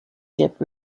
ship